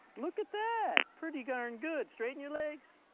look at that, pretty darn good. straighten your legs.